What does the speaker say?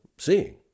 seeing